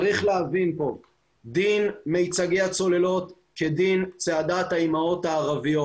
צריך להבין שדין מיצגי הצוללות כדין צעדת האימהות הערביות.